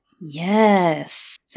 Yes